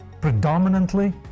Predominantly